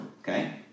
Okay